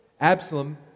Absalom